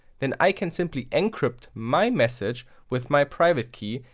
then i can simply encrypt my message with my private key,